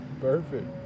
Perfect